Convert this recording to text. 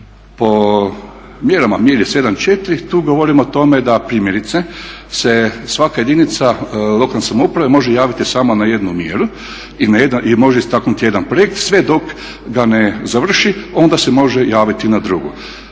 Po mjerama, mjeri 7.4 tu govorim o tome da primjerice se svaka jedinica lokalne samouprave može javiti sama na jednu mjeru i može istaknuti jedan projekt sve dok ga ne završi onda se može javiti na drugi.